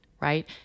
right